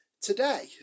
today